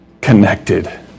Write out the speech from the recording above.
connected